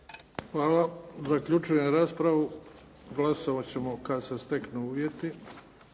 Hvala. Zaključujem raspravu. Glasovat ćemo kad se steknu uvjeti.